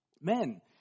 Men